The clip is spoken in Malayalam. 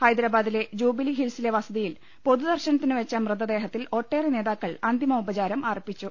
ഹൈദരാബാ ദിലെ ജൂബിലി ഹിൽസിലെ വസതിയിൽ പൊതുദർശനത്തിനുവെച്ച മൃത ദേഹത്തിൽ ഒട്ടേറെ നേതാക്കൾ അന്തിമോപചാരമർപ്പിച്ചു